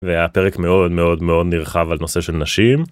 והיה פרק מאוד מאוד מאוד נרחב על נושא של נשים.